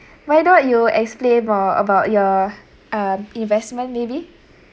why not you explain more about your um investment maybe